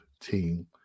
team